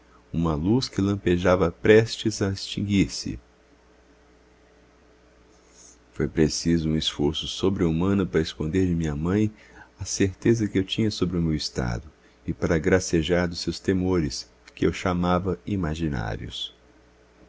uma luz que lampejava prestes a extinguir-se foi preciso um esforço sobre humano para esconder de minha mãe a certeza que eu tinha sobre o meu estado e para gracejar dos seus temores que eu chamava imaginários